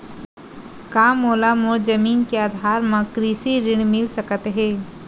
का मोला मोर जमीन के आधार म कृषि ऋण मिल सकत हे?